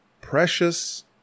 Precious